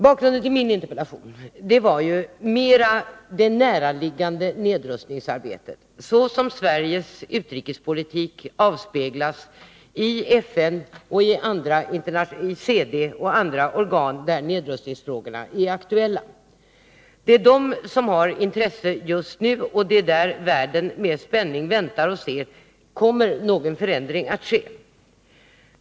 Bakgrunden till min interpellation är emellertid det mera näraliggande nedrustningsarbetet såsom det genom Sveriges utrikespolitik avspeglas i FN, CD och andra organ där nedrustningsfrågorna är aktuella. Det är de organen som är av intresse just nu, och världen väntar med spänning på förändringar i svensk nedrustningspolitik.